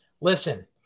Listen